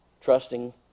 trusting